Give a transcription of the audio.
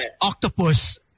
octopus